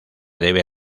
debe